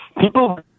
people